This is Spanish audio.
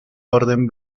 orden